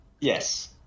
Yes